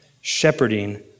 shepherding